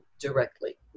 directly